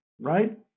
Right